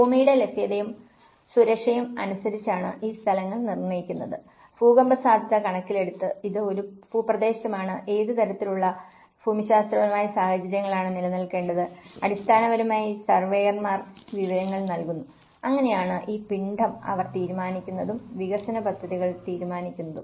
ഭൂമിയുടെ ലഭ്യതയും സുരക്ഷയും അനുസരിച്ചാണ് ഈ സ്ഥലങ്ങൾ നിർണ്ണയിക്കുന്നത് ഭൂകമ്പ സാധ്യത കണക്കിലെടുത്ത് ഇത് ഒരു ഭൂപ്രദേശമാണ് ഏത് തരത്തിലുള്ള ഭൂമിശാസ്ത്രപരമായ സാഹചര്യങ്ങളാണ് നിലനിൽക്കേണ്ടത് അടിസ്ഥാനപരമായി സർവേയർമാർ വിവരങ്ങൾ നൽകുന്നു അങ്ങനെയാണ് ഈ പിണ്ഡം അവർ തീരുമാനിക്കുന്നതും വികസന പദ്ധതികൾ തീരുമാനിക്കുന്നതും